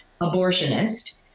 abortionist